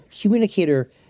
communicator